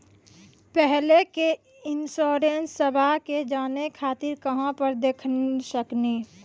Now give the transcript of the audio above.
पहले के इंश्योरेंसबा के जाने खातिर कहां पर देख सकनी?